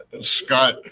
Scott